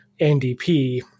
ndp